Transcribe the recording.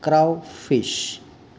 cray fish